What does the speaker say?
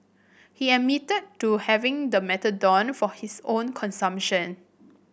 he admitted to having the methadone for his own consumption